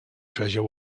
treasure